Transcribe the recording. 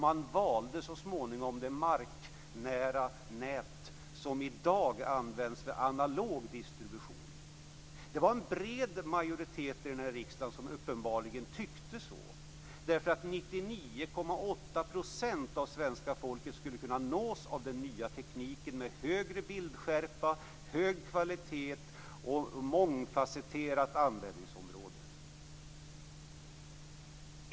Man valde så småningom det marknära nät som i dag används vid analog distribution. Det var en bred majoritet i denna riksdag som uppenbarligen tyckte så. 99,8 % av svenska folket skulle kunna nås av den nya tekniken med större bildskärpa, hög kvalitet och ett mångfasetterat användningsområde.